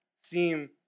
seem